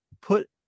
put